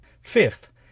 fifth